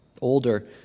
Older